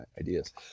ideas